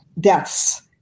deaths